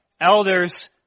elders